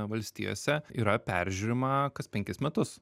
valstijose yra peržiūrima kas penkis metus